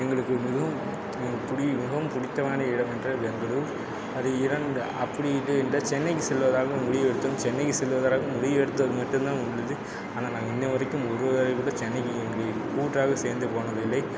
எங்களுக்கு மிகவும் பிடி மிகவும் பிடித்தமான இடம் என்றால் பெங்களூர் அது இரண்டு அப்படி இல்லையென்றால் சென்னைக்கு செல்வதாக முடிவெடுத்தோம் சென்னைக்கு செல்வதாக முடிவெடுத்தல் மட்டும் தான் முடிஞ்சிது ஆனால் நாங்கள் இன்னைய வரைக்கும் ஒரு வேலை கூட சென்னைக்கு இப்படி கூட்டாக சேர்ந்து போனதில்லை